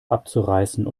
abzureißen